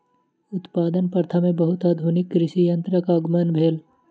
उत्पादन प्रथा में बहुत आधुनिक कृषि यंत्रक आगमन भेल